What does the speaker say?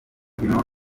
hino